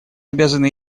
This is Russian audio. обязаны